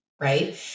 Right